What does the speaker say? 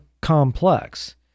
complex